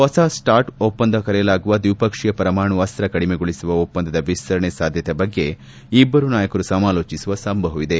ಹೊಸ ಸ್ಲಾರ್ಟ್ ಒಪ್ಪಂದ ಕರೆಯಲಾಗುವ ದ್ವಿಪಕ್ಷೀಯ ಪರಮಾಣು ಅಸ್ತ ಕಡಿಮೆಗೊಳಿಸುವ ಒಪ್ಪಂದದ ವಿಸ್ತರಣೆ ಸಾಧ್ಯತೆ ಬಗ್ಗೆ ಇಬ್ಲರು ನಾಯಕರು ಸಮಾಲೋಚಿಸುವ ಸಂಭವವಿದೆ